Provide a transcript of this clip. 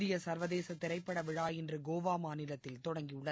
இந்திய சர்வதேச திரைப்பட விழா இன்று கோவா மாநிலத்தில் தொடங்கி உள்ளுத